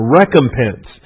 recompense